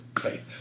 faith